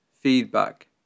feedback